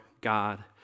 God